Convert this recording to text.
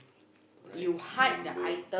rack and bone